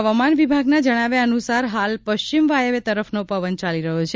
હવામાન વિભાગના જણાવ્યા અનુસાર હાલ પશ્ચિમ વાયવ્ય તરફનો પવન ચાલી રહ્યો છે